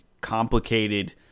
complicated